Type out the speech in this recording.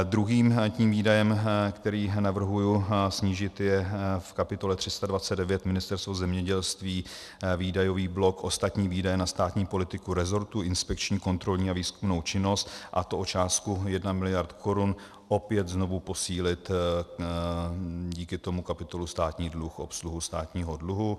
Druhým výdajem, který navrhuji snížit, je v kapitole 329 Ministerstvo zemědělství výdajový blok ostatní výdaje na státní politiku resortu, inspekční, kontrolní a výzkumnou činnost, a to o částku 1 mld. korun, opět znovu posílit díky tomu kapitolu Státní dluh, obsluhu státního dluhu.